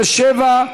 67),